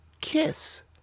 Kiss